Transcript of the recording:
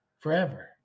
Forever